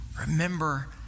Remember